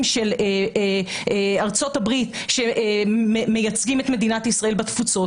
של ארצות הברית שמייצגים את מדינת ישראל בתפוצות,